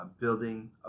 building